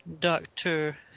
Doctor